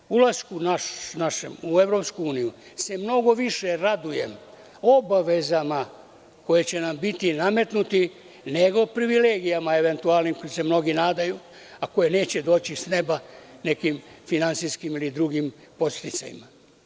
Našim ulaskom u EU se mnogo više radujem obavezama koje će nam biti nametnute nego privilegijama eventualnim kojima se mnogi nadaju, a koje neće doći s neba nekim finansijskim ili drugim podsticajnim.